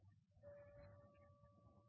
da er